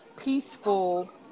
peaceful